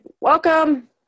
Welcome